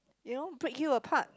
you know break you apart